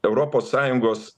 europos sąjungos